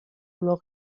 olor